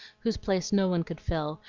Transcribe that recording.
whose place no one could fill,